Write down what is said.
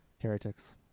Heretics